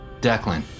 Declan